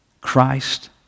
Christ